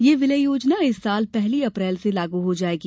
यह विलय योजना इस साल पहली अप्रैल से लागू हो जाएगी